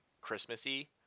Christmassy